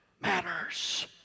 matters